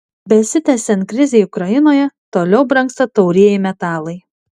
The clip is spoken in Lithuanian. besitęsiant krizei ukrainoje toliau brangsta taurieji metalai